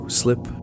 slip